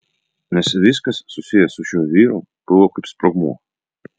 nes viskas susiję su šiuo vyru buvo kaip sprogmuo